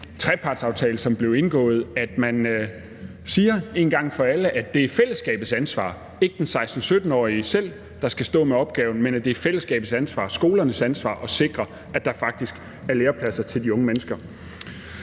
trepartsaftale, som blev indgået, at man siger en gang for alle, at det er fællesskabets ansvar – at det ikke er den 16-17-årige selv, der skal stå med opgaven, men at det er fællesskabets ansvar, skolernes ansvar, at sikre, at der faktisk er lærepladser til de unge mennesker.